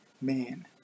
Man